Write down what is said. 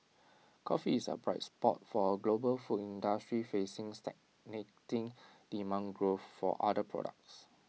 coffee is A bright spot for A global food industry facing stagnating demand growth for other products